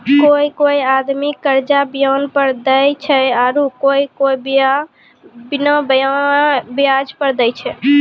कोय कोय आदमी कर्जा बियाज पर देय छै आरू कोय कोय बिना बियाज पर देय छै